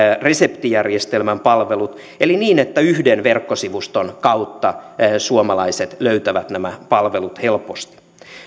reseptijärjestelmän palvelut eli niin että yhden verkkosivuston kautta suomalaiset löytävät nämä palvelut helposti